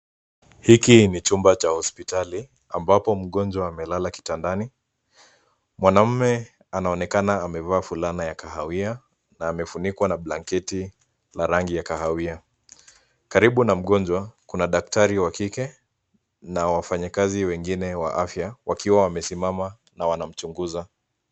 Hiki ni chumba cha hospitali ambapo mgonjwa amelala kitandani. Mwanamume anonekana amevaa fulana ya kahawia na amefunikwa na blanketi la rangi ya kahawia. Karibu na mgonjwa kuna daktari wa kike na wafanyikazi wengine wa aya wakiwa wamesimama na wanamchunguza.